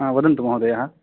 हा वदन्तु महोदय